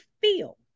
feel